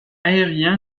aérien